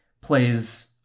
plays